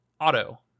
Auto